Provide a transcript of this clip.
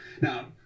now